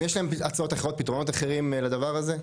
אני